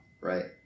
right